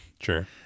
Sure